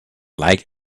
like